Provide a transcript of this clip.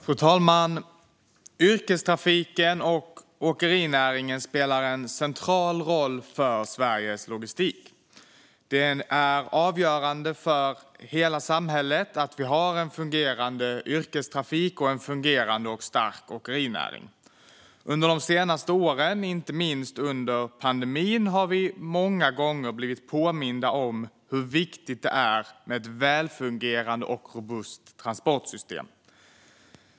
Fru talman! Yrkestrafiken och åkerinäringen spelar en central roll för Sveriges logistik. Det är avgörande för hela samhället att vi har en fungerande yrkestrafik och en fungerande och stark åkerinäring. De senaste åren, inte minst under pandemin, har vi många gånger blivit påminda om hur viktigt det är med ett välfungerande och robust transportsystem.